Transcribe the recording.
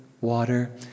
water